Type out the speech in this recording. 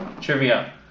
Trivia